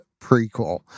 prequel